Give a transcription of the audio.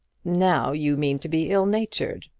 now you mean to be ill-natured!